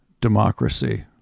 democracy